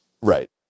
Right